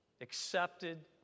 accepted